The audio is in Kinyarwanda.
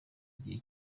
igihe